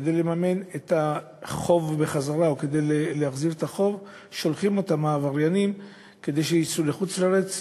כדי להחזיר את החוב שולחים אותם העבריינים לחוץ-לארץ,